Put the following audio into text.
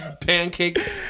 Pancake